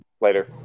later